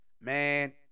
man